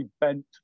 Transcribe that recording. bent